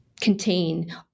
contain